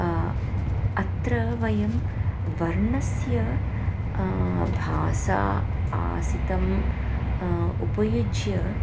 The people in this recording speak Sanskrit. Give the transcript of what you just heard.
अत्र वयं वर्णस्य भासा आसितम् उपयुज्य